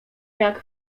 jak